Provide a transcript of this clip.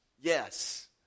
Yes